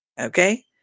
Okay